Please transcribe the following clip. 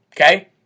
Okay